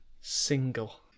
single